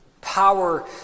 power